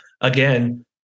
again